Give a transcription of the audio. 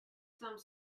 some